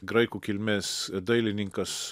graikų kilmės dailininkas